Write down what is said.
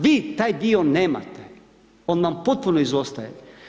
Vi taj dio nemate, on vam potpuno izostaje.